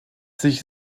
sich